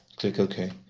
click ok.